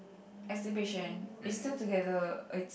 exhibition it's still together it's